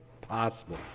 Possible